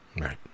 Right